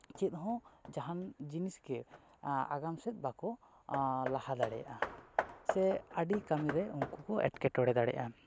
ᱪᱮᱫᱦᱚᱸ ᱡᱟᱦᱟᱱ ᱡᱤᱱᱤᱥ ᱜᱮ ᱟᱜᱟᱢ ᱥᱮᱫ ᱵᱟᱠᱚ ᱞᱟᱦᱟ ᱫᱟᱲᱮᱭᱟᱜᱼᱟ ᱥᱮ ᱟᱹᱰᱤ ᱠᱟᱹᱢᱤᱨᱮ ᱩᱱᱠᱩ ᱠᱚ ᱮᱸᱴᱠᱮᱴᱚᱬᱮ ᱫᱟᱲᱮᱜᱼᱟ